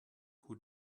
who